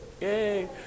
Yay